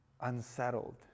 Unsettled